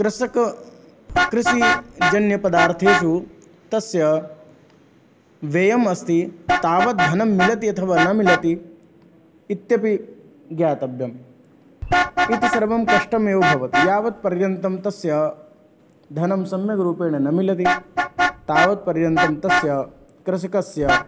कृषकः कृषिजन्यपदार्थेषु तस्य व्ययः अस्ति तावत् धनं मिलति अथवा न मिलति इत्यपि ज्ञातव्यं इति सर्वं कष्टमेव भवति यावत्पर्यन्तं तस्य धनं सम्यग्रूपेण न मिलति तावत्पर्यन्तं तस्य कृषकस्य